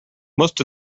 most